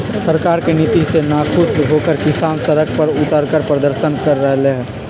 सरकार के नीति से नाखुश होकर किसान सड़क पर उतरकर प्रदर्शन कर रहले है